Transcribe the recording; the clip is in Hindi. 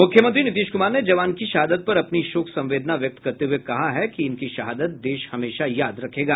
मुख्यमंत्री नीतीश कुमार ने जवान की शहादत पर अपनी शोक संवेदना व्यक्त करते हुए कहा है कि इनकी शहादत देश हमेशा याद रखेगा